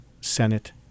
Senate